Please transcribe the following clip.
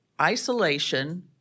isolation